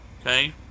Okay